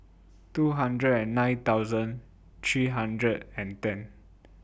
two hundred and nine thousand three hundred and ten